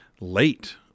late